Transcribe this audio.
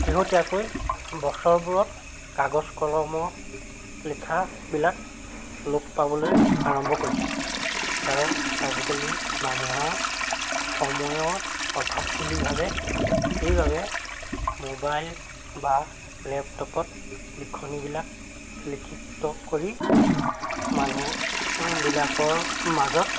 শেহতীয়াকৈ বছৰবোৰত কাগজ কলমত লিখাবিলাক লোপ পাবলৈ আৰম্ভ কৰিছে কাৰণ আজিকালি মানুহৰ সময়ৰ অভাৱ বুলি ভাবে সেইবাবে মোবাইল বা লেপটপত লিখনিবিলাক লিখিত কৰি মানুহবিলাকৰ মাজত